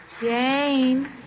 Jane